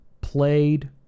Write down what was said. played